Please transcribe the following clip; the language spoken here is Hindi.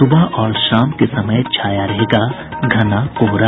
सुबह और शाम के समय छाया रहेगा घना कोहरा